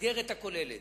במסגרת הכוללת,